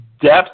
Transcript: depth